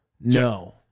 No